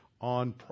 on